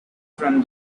from